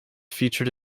featured